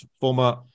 former